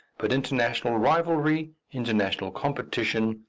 but international rivalry, international competition,